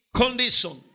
condition